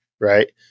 Right